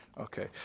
Okay